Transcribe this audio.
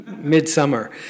midsummer